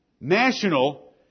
national